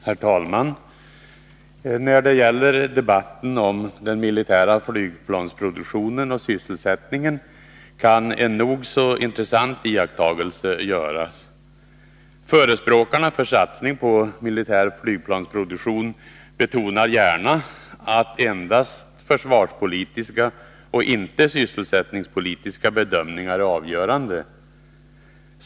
Herr talman! När det gäller debatten om den militära flygplansproduktionen och sysselsättningen kan en nog så intressant iakttagelse göras. Förespråkarna för satsning på militär flygplansproduktion betonar gärna att endast försvarspolitiska och inte sysselsättningspolitiska bedömningar är avgörande.